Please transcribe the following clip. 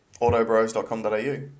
autobros.com.au